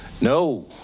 No